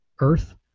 Earth